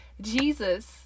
Jesus